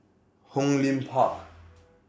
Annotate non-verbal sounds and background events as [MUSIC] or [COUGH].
Hong Lim Park [NOISE]